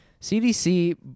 CDC